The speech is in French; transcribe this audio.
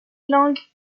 langues